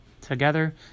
together